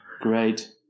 great